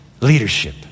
leadership